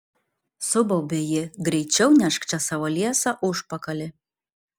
subaubė ji greičiau nešk čia savo liesą užpakalį